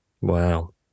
Wow